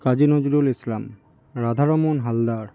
Kazi Nazrul Islam Radha Raman Haldar